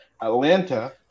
Atlanta